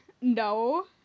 No